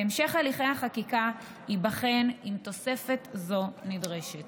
בהמשך הליכי החקיקה ייבחן אם תוספת זו נדרשת.